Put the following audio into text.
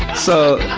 so,